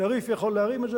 התעריף יכול להרים את זה,